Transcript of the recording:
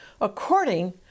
according